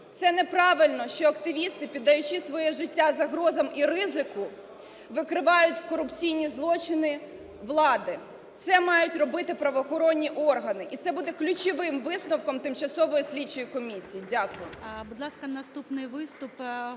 Це неправильно, що активісти, піддаючи своє життя загрозам і ризику, викривають корупційні злочини влади. Це мають робити правоохоронні органи, і це буде ключовим висновком тимчасової слідчої комісії. Дякую.